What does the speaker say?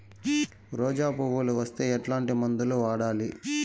రోజా పువ్వులు వస్తే ఎట్లాంటి మందులు వాడాలి?